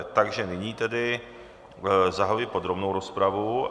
Takže nyní tedy zahajuji podrobnou rozpravu.